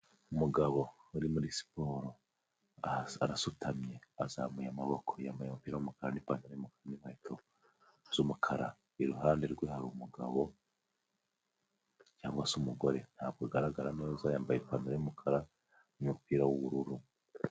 Umugabo uri muri siporo ahasa arasutamye azamuye amaboko yambaye umupira w'umukara, ipantaro y'umukara n'inkweto z'umukara, iruhande rwe hari umugabo cyangwa se umugore ntabwo agaragara neza, yambaye ipantaro y'umukara n'umupira w'ubururu.